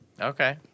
okay